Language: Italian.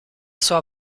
sua